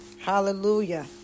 hallelujah